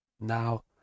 now